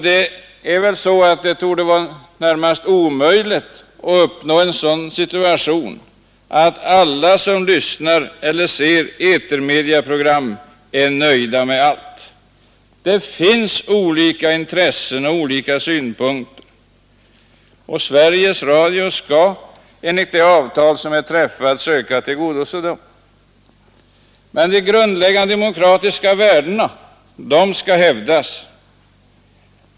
Det torde väl vara närmast omöjligt att uppnå en sådan situation, att alla som lyssnar till eller ser på etermediaprogram är nöjda med allt. Det finns olika intressen och olika synpunkter. Sveriges Radio skall enligt det avtal som är träffat söka tillgodose dem. Men de grundläggande demokratiska värdena skall hävdas.